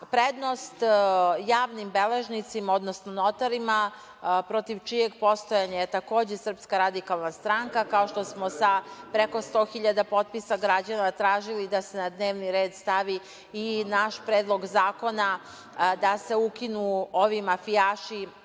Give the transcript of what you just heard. prednost javnim beležnicima, odnosno notarima protiv čijeg postojanja je takođe SRS, kao što smo preko sto hiljada potpisa građana tražili da se na dnevni red stavi i naš Predlog zakona da se ukinu ovi mafijaši,